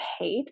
paid